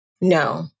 No